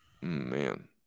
Man